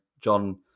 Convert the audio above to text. John